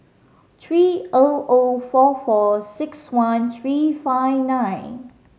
three O O four four six one three five nine